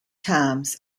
times